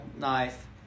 knife